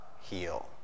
heal